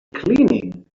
cleaning